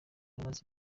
umaze